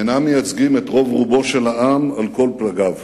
הם אינם מייצגים את רוב העם על כל פלגיו.